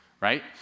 right